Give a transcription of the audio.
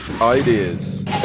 Ideas